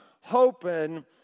hoping